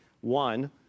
one